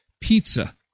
Pizza